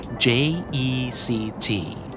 J-E-C-T